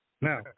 now